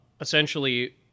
essentially